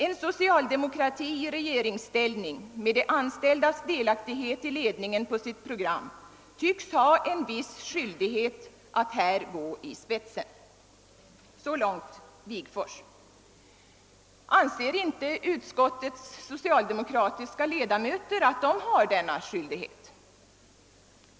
En socialdemokrati i regeringsställning, med de anställdas delaktighet i ledningen på sitt program, tycks ha en viss skyldighet att här gå i spetsen.» Anser inte utskottets socialdemokratiska ledamöter att de har denna skyldighet?